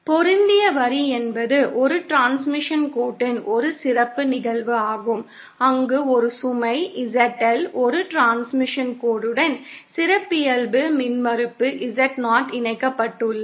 பொருந்திய வரி என்பது ஒரு டிரான்ஸ்மிஷன் கோட்டின் ஒரு சிறப்பு நிகழ்வு ஆகும் அங்கு ஒரு சுமை ZL ஒரு டிரான்ஸ்மிஷன் கோடுடன் சிறப்பியல்பு மின்மறுப்பு Z0 இணைக்கப்பட்டுள்ளது